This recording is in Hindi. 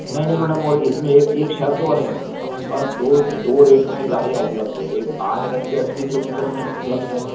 नहीं नहीं मैडम इसमें एक शर्त और है मैडम अपने पास दो दो रेट में गाड़ियाँ उपलब्ध हैं एक आठ घंटे अस्सी किलोमीटर में है उपलब्ध है